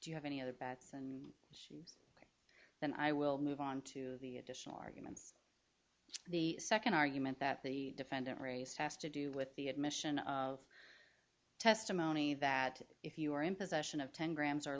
do you have any other bets and then i will move on to the additional arguments the second argument that the defendant race has to do with the admission of testimony that if you are in possession of ten grams or